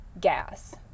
gas